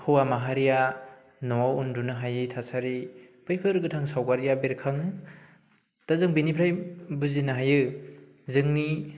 हौवा माहारिया न'आव उन्दुनो हायै थासारि बैफोरो गोथां सावगारिया बेरखाङो दा जों बेनिफ्राय बुजिनो हायो जोंनि